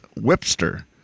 Whipster